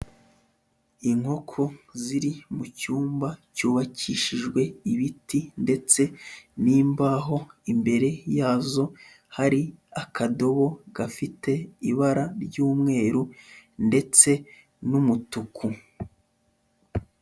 Inkoko ziri mu cyumba cyubakishijwe ibiti ndetse n'imbaho, imbere yazo hari akadobo gafite ibara ry'umweru ndetse n'umutuku.